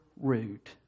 root